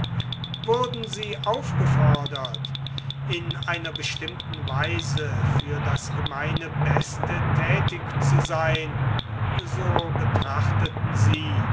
wurden sie aufgefordert in einer bestimmten weise für das gemeine beste tätig zu sein so betrachteten sie